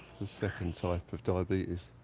the second type of diabetes.